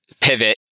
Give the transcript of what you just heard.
pivot